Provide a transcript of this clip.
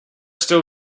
still